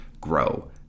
grow